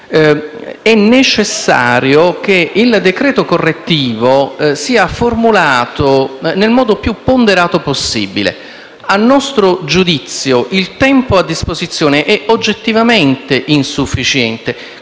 È necessario che il decreto correttivo sia formulato nel modo più ponderato possibile. A nostro giudizio, il tempo a disposizione è oggettivamente insufficiente.